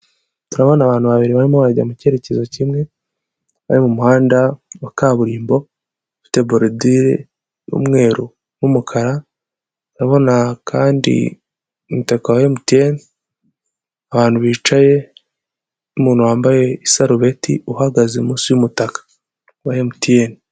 Turabona abantu babiri barimo bajya mu cyerekezo kimwe, bari mu muhanda wa kaburimbo, ufite borodire y'umweru n'umukara, urabona kandi umutaka wa MTN, abantu bicaye, umuntu wambaye isarubeti uhagaze munsi y'umutaka wa MTN.